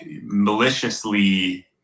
maliciously